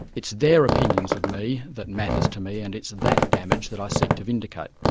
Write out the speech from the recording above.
it's their opinions of me that matters to me and it's that damage that i seek to vindicate.